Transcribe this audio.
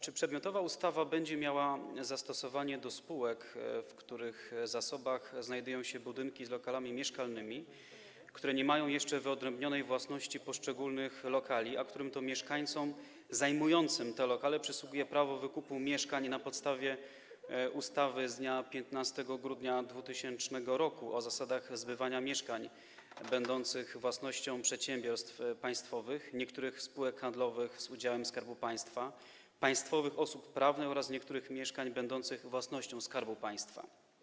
Czy przedmiotowa ustawa będzie miała zastosowanie do spółek, w których zasobach znajdują się budynki z lokalami mieszkalnymi, które nie mają jeszcze wyodrębnionej własności poszczególnych lokali, których mieszkańcom, osobom zajmującym te lokale, przysługuje prawo wykupu mieszkań na podstawie ustawy z dnia 15 grudnia 2000 r. o zasadach zbywania mieszkań będących własnością przedsiębiorstw państwowych, niektórych spółek handlowych z udziałem Skarbu Państwa, państwowych osób prawnych oraz niektórych mieszkań będących własnością Skarbu Państwa?